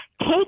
Take